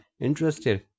interested